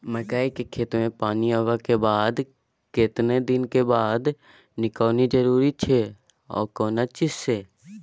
मकई के खेत मे पौना आबय के कतेक दिन बाद निकौनी जरूरी अछि आ केना चीज से?